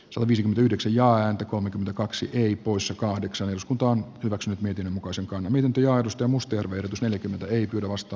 talvisin yhdeksän ja ääntä kolmekymmentäkaksi kei poissa kahdeksan eduskunta on hyväksynyt mietinnön mukaisen kone minkä johdosta mustia verotus neljäkymmentä ei kovasta